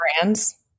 brands